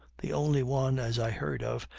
the only one, as i heard of,